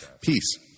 Peace